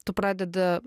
tu pradedi